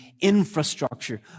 infrastructure